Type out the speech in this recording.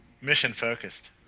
mission-focused